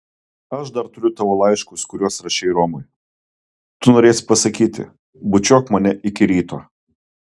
aš dar turiu tavo laiškus kuriuos rašei romui tu norėsi pasakyti bučiuok mane iki ryto